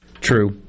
True